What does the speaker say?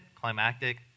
climactic